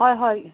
হয় হয়